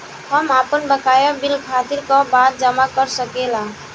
हम आपन बकाया बिल तारीख क बाद जमा कर सकेला?